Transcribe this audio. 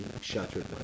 shattered